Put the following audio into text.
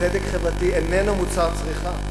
צדק חברתי איננו מוצר צריכה.